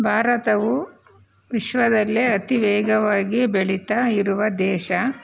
ಭಾರತವು ವಿಶ್ವದಲ್ಲೇ ಅತಿ ವೇಗವಾಗಿ ಬೆಳೀತಾಯಿರುವ ದೇಶ